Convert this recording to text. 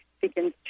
begins